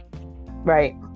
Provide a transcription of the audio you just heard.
Right